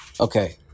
okay